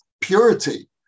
purity